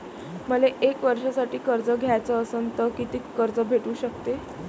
मले एक वर्षासाठी कर्ज घ्याचं असनं त कितीक कर्ज भेटू शकते?